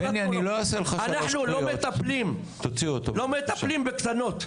אנחנו לא מטפלים בקטנות.